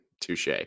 Touche